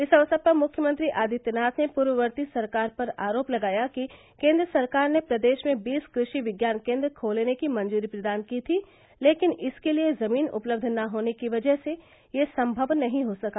इस अवसर पर मुख्यमंत्री आदित्यनाथ ने पूर्ववर्ती सरकार पर आरोप लगाया कि केंद्र सरकार ने प्रदेश में बीस कृषि विज्ञान केंद्र खोलने की मंजूरी प्रदान की थी लेकिन इसके लिए जमीन उपलब्ध न होने की वजह से यह सम्भव नहीं हो सका